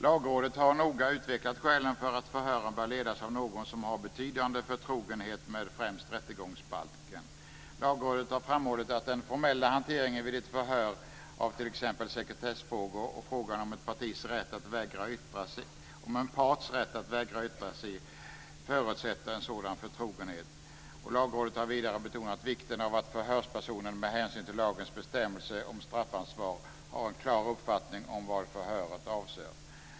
Lagrådet har noga utvecklat skälen för att förhören bör ledas av någon som har en betydande förtrogenhet med främst rättegångsbalken. Lagrådet har framhållit att den formella hanteringen vid ett förhör beträffande t.ex. sekretessfrågor och frågan om en parts rätt att vägra yttra sig förutsätter en sådan förtrogenhet. Vidare har Lagrådet betonat vikten av att förhörspersonen med hänsyn till lagens bestämmelse om straffansvar har en klar uppfattning om vad förhöret avser.